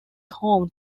home